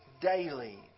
daily